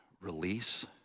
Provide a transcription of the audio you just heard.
release